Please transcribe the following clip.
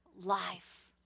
life